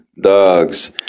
dogs